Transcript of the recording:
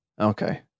Okay